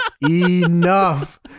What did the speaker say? enough